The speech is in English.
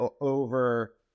over